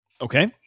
Okay